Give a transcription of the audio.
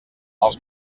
els